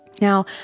Now